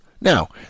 Now